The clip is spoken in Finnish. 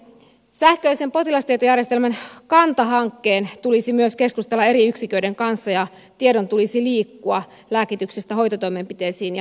sähköisen potilastietojärjestelmän kanta järjestelmän tulisi myös keskustella eri yksiköiden kanssa ja tiedon tulisi liikkua lääkityksestä hoitotoimenpiteisiin ja diagnooseihin